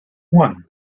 one